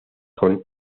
con